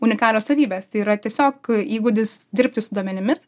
unikalios savybės tai yra tiesiog įgūdis dirbti su duomenimis